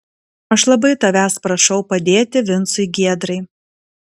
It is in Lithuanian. aš labai tavęs prašau padėti vincui giedrai